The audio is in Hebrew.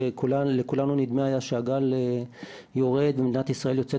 כשלכולנו היה נדמה שהגל יורד ומדינת ישראל יוצאת